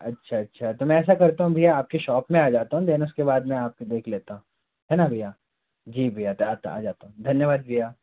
अच्छा अच्छा तो मैं ऐसा करता हूँ भैया आपके शौप में आ जाता हूँ देन उसके बाद मैं आपको देख लेता है ना भैया जी भैया आ जाता हूँ धन्यवाद भैया